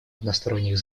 односторонних